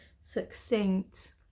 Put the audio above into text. succinct